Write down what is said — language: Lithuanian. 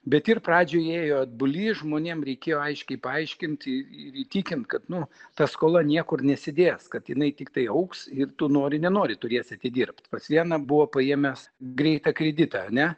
bet ir pradžioj ėjo atbuli žmonėm reikėjo aiškiai paaiškint i ir įtikint kad nu ta skola niekur nesidės kad jinai tiktai augs ir tu nori nenori turėsi atidirbt pas vieną buvo paėmęs greitą kreditą ane